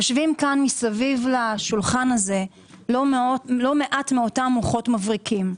יושבים פה סביב השולחן הזה לא מעט מאותם מוחות מבריקים.